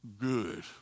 good